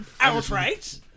Outright